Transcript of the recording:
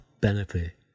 benefit